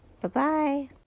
Bye-bye